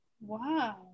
wow